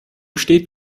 steht